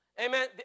Amen